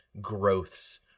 growths